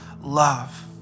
love